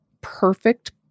perfect